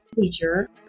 teacher